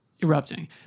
erupting